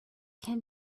can